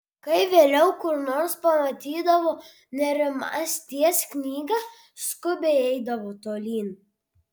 kai vėliau kur nors pamatydavo nerimasties knygą skubiai eidavo tolyn